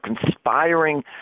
conspiring